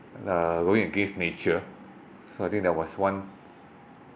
uh going against nature so I think there was one